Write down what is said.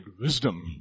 wisdom